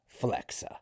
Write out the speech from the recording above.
Flexa